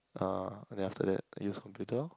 uh then after that I use computer orh